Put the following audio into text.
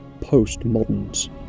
post-moderns